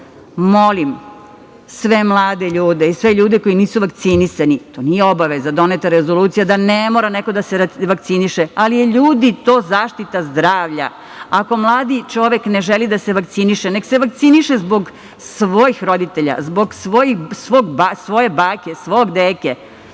4.400.Molim sve mlade ljude i sve ljude koji nisu vakcinisani, to nije obaveza, doneta je Rezolucija da ne mora neko da se vakciniše, ali ljudi to je zaštita zdravlja. Ako mladi čovek ne želi da se vakciniše nek se vakciniše zbog svojih roditelja, zbog svog bake, svog deke,